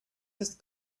just